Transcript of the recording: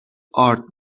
آرد